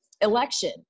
election